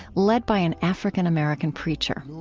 led by an african-american preacher.